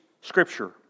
scripture